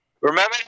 Remember